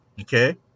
Okay